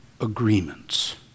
agreements